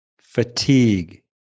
fatigue